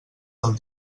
del